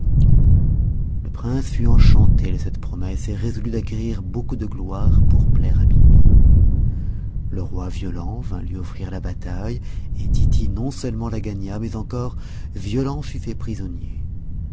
le prince fut enchanté de cette promesse et résolut d'acquérir beaucoup de gloire pour plaire à biby le roi violent vint lui offrir la bataille et tity non seulement la gagna mais encore violent fut fait prisonnier